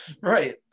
Right